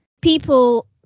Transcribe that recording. people